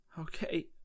Okay